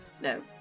No